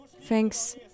Thanks